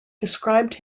described